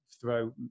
throw